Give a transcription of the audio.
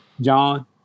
John